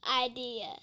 idea